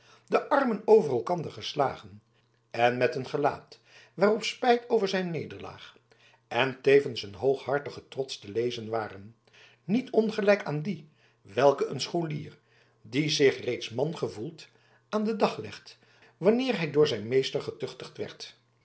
de armen over elkander geslagen en met een gelaat waarop spijt over zijn nederlaag en tevens een hooghartige trots te lezen waren niet ongelijk aan dien welken een scholier die zich reeds man gevoelt aan den dag legt wanneer hij door zijn meester